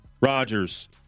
Rodgers